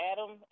Adam